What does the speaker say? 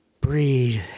breathe